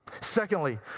Secondly